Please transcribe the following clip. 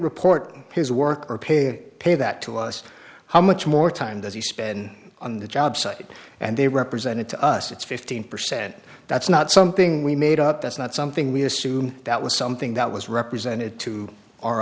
report his work or pay pay that to us how much more time does he spend on the job site and they represented to us it's fifteen percent that's not something we made up that's not something we assumed that was something that was represented to our